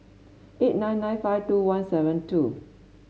eight nine nine five two one seven two